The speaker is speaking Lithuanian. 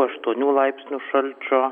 aštuonių laipsnių šalčio